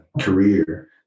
career